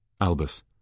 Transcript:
Albus